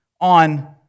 on